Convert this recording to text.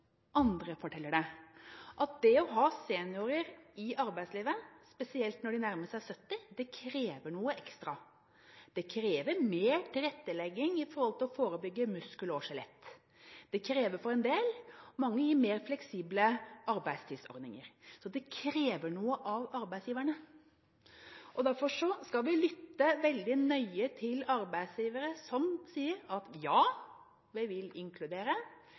andre forteller det, at det å ha seniorer i arbeidslivet, spesielt når de nærmer seg 70 år, krever noe ekstra. Det krever mer tilrettelegging for å forebygge muskel- og skjelettlidelser. Mange gir mer fleksible arbeidstidsordninger. Så det krever noe av arbeidsgiverne. Derfor skal vi lytte veldig nøye til arbeidsgivere som sier at de vil inkludere,